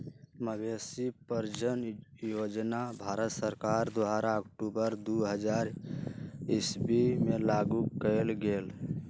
मवेशी प्रजजन योजना भारत सरकार द्वारा अक्टूबर दू हज़ार ईश्वी में लागू कएल गेल